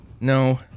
No